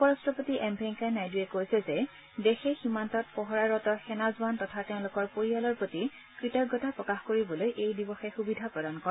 উপ ৰট্টপতি এম ভেংকায়া নাইডুৱে কৈছে যে দেশে সীমান্তত পহৰাৰত সেনা জোৱান তথা তেওঁলোকৰ পৰিয়ালৰ প্ৰতি কৃতজ্ঞতা প্ৰকাশ কৰিবলৈ এই দিৰসে সুবিধা প্ৰদান কৰে